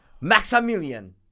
Maximilian